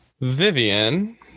Vivian